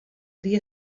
dia